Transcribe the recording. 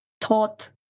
taught